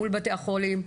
מול בתי החולים,